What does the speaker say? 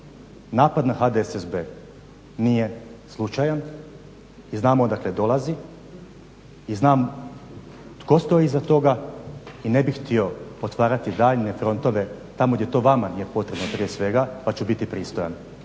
Napad na HDSSB nije slučajan i znam odakle dolazi, i znam tko stoji iza toga i ne bih htio otvarati daljnje frontove tamo gdje to vama nije potrebno prije svega pa ću biti pristojan.